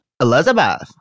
Elizabeth